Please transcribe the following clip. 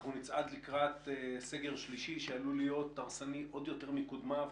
לקראת סגר שלישי שעלול להיות הרסני עוד יותר מקודמיו,